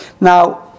Now